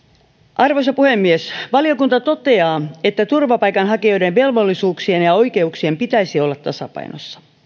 arvoisa puhemies valiokunta toteaa että turvapaikanhakijoiden velvollisuuksien ja oikeuksien pitäisi olla tasapainossa